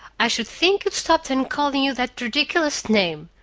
i should think you'd stop them calling you that ridiculous name!